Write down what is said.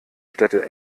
städte